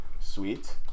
sweet